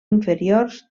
inferiors